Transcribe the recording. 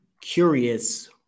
curious